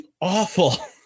awful